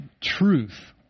truth